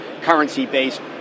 currency-based